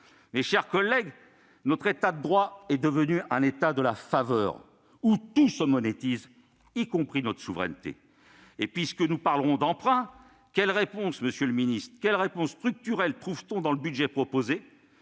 Mes chers collègues, notre État de droit est devenu un État de la faveur, où tout se monétise, y compris notre souveraineté. Puisque nous parlerons d'emprunt, quelles réponses structurelles trouve-t-on dans le budget proposé